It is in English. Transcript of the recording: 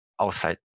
outside